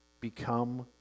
become